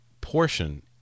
portion